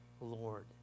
Lord